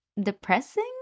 depressing